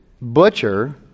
butcher